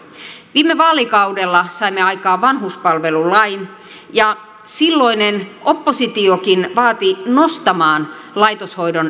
viime vaalikaudella saimme aikaan vanhuspalvelulain ja silloinen oppositiokin vaati nostamaan laitoshoidon